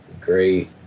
great